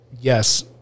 yes